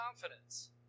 confidence